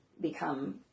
become